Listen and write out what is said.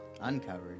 Uncovered